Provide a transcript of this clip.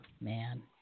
man